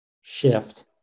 shift